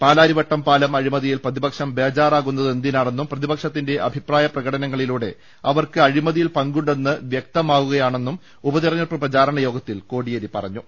പാലാരിവട്ടം പാലം അഴിമതിയിൽ പ്രതിപക്ഷം ബേജാറാകുന്നത്തെിനാണെന്നും പ്രതിപക്ഷത്തിന്റെ അഭിപ്രായ പ്രകടനങ്ങളിലൂടെ അവർക്ക് അഴിമതിയിൽ പങ്കുണ്ടെന്ന് അഴിമതിയിൽ പങ്കുണ്ടെന്നാണ് വ്യക്തമാകുന്നതെന്നും ഉപതെരഞ്ഞെടുപ്പ് പ്രചാരണയോഗ ത്തിൽ കോടിയേരി പറഞ്ഞു